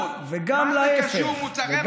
מה זה קשור למוצרי מזון לתינוקות?